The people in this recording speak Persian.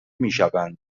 میشوند